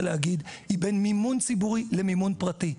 להגין היא בין מימון ציבורי למימון פרטי.